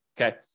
okay